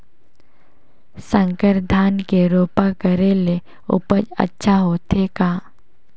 संकर धान के रोपा करे ले उपज अच्छा होथे का?